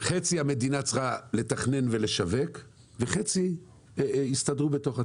חצי המדינה צריכה לתכנן ולשווק וחצי יסתדרו בתוך עצמם.